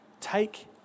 Take